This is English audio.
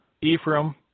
Ephraim